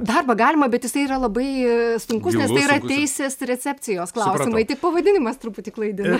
darbą galima bet jisai yra labai sunkus nes tai yra teisės recepcijos klausimai tik pavadinimas truputį klaidina